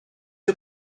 you